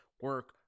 Work